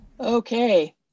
Okay